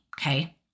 Okay